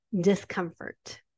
discomfort